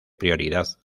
prioridad